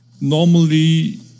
Normally